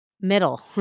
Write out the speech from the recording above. Middle